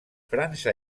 frança